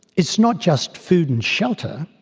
is not just food and shelter,